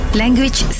language